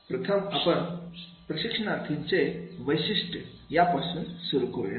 प्रथम आपण प्रशिक्षणार्थी चे वैशिष्ट्य या पासून सुरु करूया